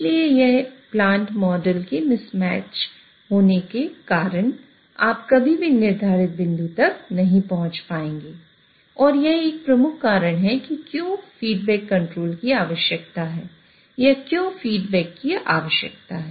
इसलिए इस plant model के मिसमैच की आवश्यकता है या क्यों फीडबैक की आवश्यकता है